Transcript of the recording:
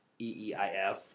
EEIF